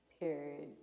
Period